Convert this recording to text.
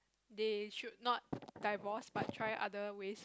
they should not divorce but try other ways